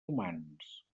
humans